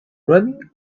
running